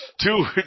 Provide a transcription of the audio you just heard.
Two